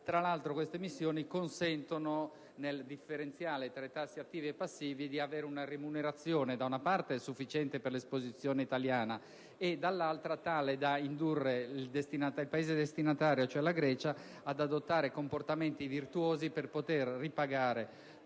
Tra l'altro, queste emissioni consentono, nel differenziale tra i tassi attivi e passivi, di avere una remunerazione, da una parte sufficiente per l'esposizione italiana, dall'altra tale da indurre il Paese destinatario, cioè la Grecia, ad adottare comportamenti virtuosi per poter ripagare